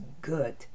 good